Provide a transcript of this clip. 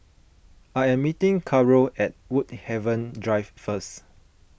I am meeting Carole at Woodhaven Drive first